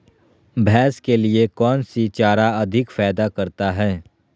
भैंस के लिए कौन सी चारा अधिक फायदा करता है?